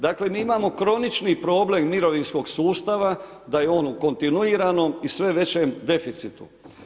Dakle, mi imamo kronični problem mirovinskog sustava da je on u kontinuiranom i sve većem deficitu.